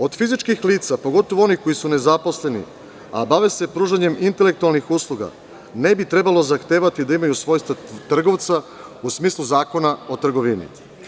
Od fizičkih lica, pogotovu onih koji su nezaposleni, a bave se pružanjem intelektualnih usluga ne bi trebalo zahtevati da imaju svojstva trgovca u smislu Zakona o trgovinu.